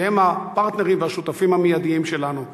שהם הפרטנרים והשותפים המיידיים שלנו.